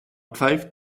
pfeift